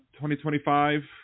2025